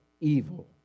evil